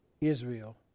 Israel